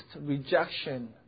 rejection